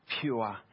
pure